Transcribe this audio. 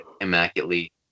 immaculately